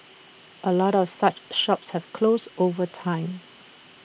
A lot of such shops have closed over time